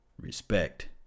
respect